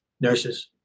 nurses